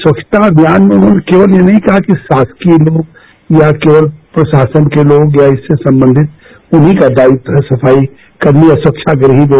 स्वच्छता अभियान में उन्होंने केवल यह नहीं कहा कि शासकीय लोग या केवल प्रशासन के लोग या इससे समांधित उन्हीं का दायित्व है सफाई करने या स्पेच्छाग्रही लोग